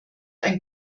ein